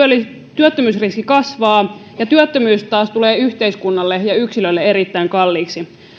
työttömyysriski kasvaa ja työttömyys taas tulee yhteiskunnalle ja yksilölle erittäin kalliiksi